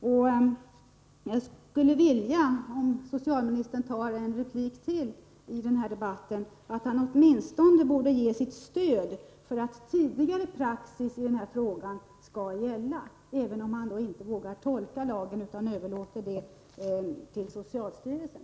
Jag skulle vilja att socialministern, om han begär en replik till i den här debatten, åtminstone ger sitt stöd till att tidigare praxis i denna fråga skall gälla, även om han inte vågar tolka lagen utan överlåter det till socialstyrelsen.